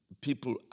people